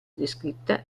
descritta